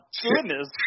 goodness